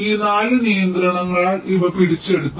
ഈ 4 നിയന്ത്രണങ്ങളാൽ ഇവ പിടിച്ചെടുത്തു